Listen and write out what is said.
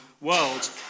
world